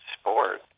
sport